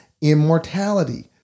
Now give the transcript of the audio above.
immortality